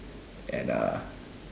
and